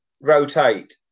rotate